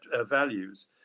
values